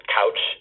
couch